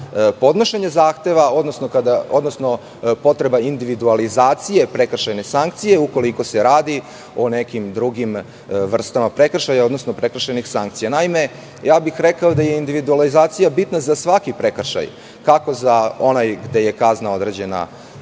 podnošenja zahteva, odnosno potreba individualizacije prekršajne sankcije, ukoliko se radi o nekim drugim vrstama prekršaja, odnosno prekršajnih sankcija. Naime, rekao bih da je individualizacija bitna za svaki prekršaj, kako za onaj gde je kazna određena u